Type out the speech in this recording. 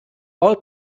all